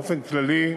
באופן כללי,